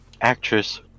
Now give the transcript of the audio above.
actress